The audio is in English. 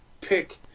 pick